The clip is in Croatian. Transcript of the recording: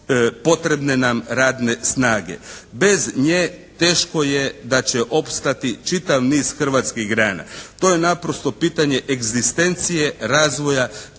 potrebne nam radne snage. Bez nje teško je da će opstati čitav niz hrvatskih grana. To je naprosto pitanje egzistencije razvoja